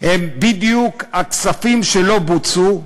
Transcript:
הם בדיוק הכספים שלא בוצעו והועברו,